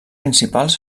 principals